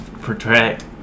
protect